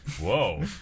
Whoa